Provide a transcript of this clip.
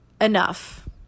enough